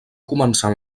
començar